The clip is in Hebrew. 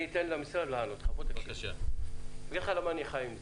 אני חי עם זה.